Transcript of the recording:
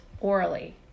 orally